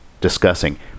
discussing